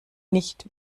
nicht